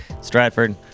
Stratford